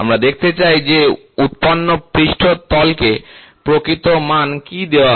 আমরা দেখতে চাই যে উৎপন্ন পৃষ্ঠতলকে প্রকৃত মান কী দেওয়া হয়